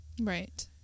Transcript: Right